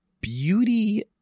Beauty